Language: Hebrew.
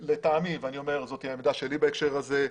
לטעמי, ואני אומר שזו העמדה שלי בהקשר הזה,